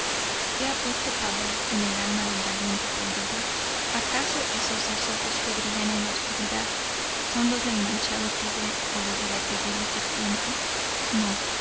que ha puesto pavor en el alma del valiente caudillo a caso esos dos ojos que brillan en la oscuridad son los del manchado tigre o los de la terrible serpiente no